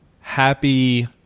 Happy